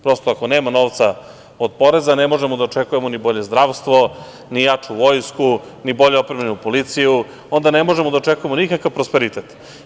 Prosto, ako nema novca od poreza ne možemo da očekujemo ni bolje zdravstvo, ni jaču vojsku, ni bolje opremljenu policiju, onda ne možemo da očekujemo nikakav prosperitet.